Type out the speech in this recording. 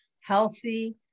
healthy